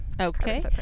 Okay